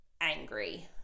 angry